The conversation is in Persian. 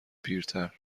پیرتر